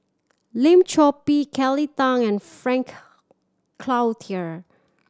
Lim Chor Pee Kelly Tang and Frank Cloutier